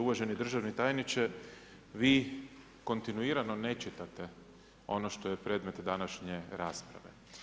Uvaženi državni tajniče, vi kontinuirano ne čitate ono što je predmet današnje rasprave.